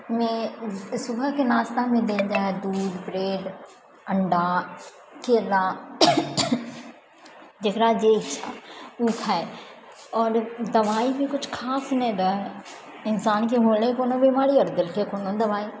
मे सुबहके नाश्तामे देल जाइहै दूध ब्रेड अण्डा केला जकर जे इच्छा ओ खाय आओर दवाई भी कुछ खास नहि दै है इन्सानके हौले कोनो बीमारी आओर देलकै कोनो दवाई